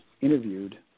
interviewed